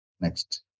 Next